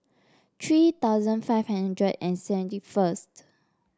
three thousand five hundred and seventy first